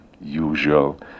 usual